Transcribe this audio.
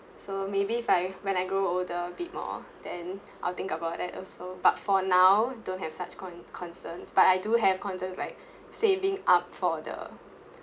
so maybe if I when I grow older a bit more then I'll think about that also but for now don't have such con~ concern but I do have concerns like saving up for the